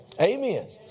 Amen